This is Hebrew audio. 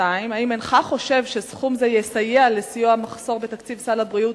3. האם אינך חושב שסכום זה יסייע לכיסוי המחסור בתקציב סל הבריאות,